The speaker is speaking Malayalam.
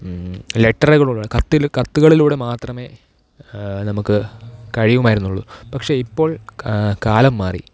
ലെറ്ററുകളിലൂടെ കത്തിൽ കത്തുകളിലൂടെ മാത്രമേ നമുക്ക് കഴിയുമായിരുന്നുള്ളൂ പക്ഷെ ഇപ്പോൾ കാലം മാറി